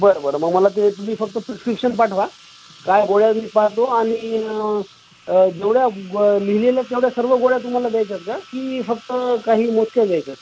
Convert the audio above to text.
बरं बरं मग मला ते तुम्ही फक्त प्रिस्क्रिप्शन पाठवा काय गोळ्या मी पाहतो आणि जेवढ्या लिहिलेल्या तेवढ्या सर्व गोळ्या तुम्हाला द्यायच्या आहेत का की फक्त काही मोजक्या द्यायच्या आहेत